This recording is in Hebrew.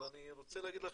אבל אני רוצה להגיד לך